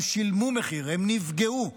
הם שילמו מחיר, הם נפגעו,